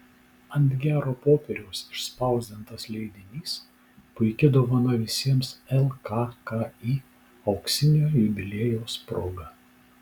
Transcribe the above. ant gero popieriaus išspausdintas leidinys puiki dovana visiems lkki auksinio jubiliejaus proga